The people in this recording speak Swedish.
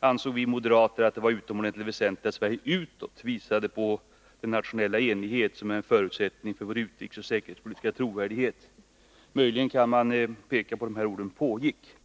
ansåg vi moderater att det var utomordentligt väsentligt att Sverige utåt visade på den nationella enighet som är en förutsättning för vår utrikesoch säkerhetspolitiska trovärdighet.” Möjligen kan man peka på ordet pågick.